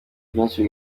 byinshi